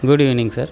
good evening sir